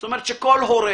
זאת אומרת שכל הורה